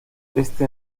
este